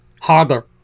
Harder